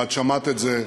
ואת שמעת את זה,